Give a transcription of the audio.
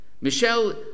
Michelle